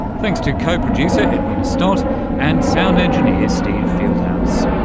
thanks to co-producer edwina stott and sound engineer steve fieldhouse.